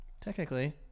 Technically